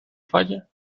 falla